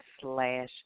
slash